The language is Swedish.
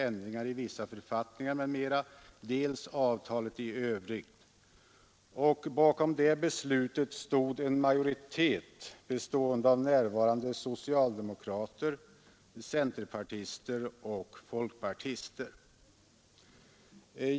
Bakom detta beslut stod en majoritet bestående av närvarande socialdemokrater, centerpartister och folkpartister.